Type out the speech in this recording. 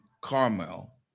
Carmel